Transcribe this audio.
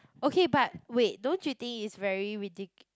okay but wait don't you think is very ridicu~